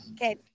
Okay